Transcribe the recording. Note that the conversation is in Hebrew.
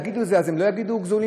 יגידו את זה,